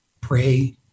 pray